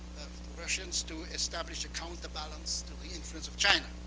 russians to establish a counterbalance to the influence of china.